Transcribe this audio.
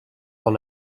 will